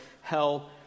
hell